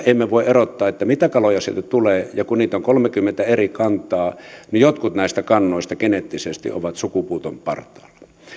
emme voi erottaa mitä kaloja sieltä tulee ja kun niitä on kolmekymmentä eri kantaa niin jotkut näistä kannoista geneettisesti ovat sukupuuton partaalla